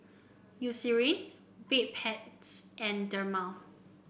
Eucerin Bedpans and Dermale